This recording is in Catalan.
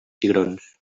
cigrons